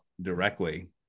directly